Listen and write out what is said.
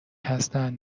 هستن